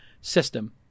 system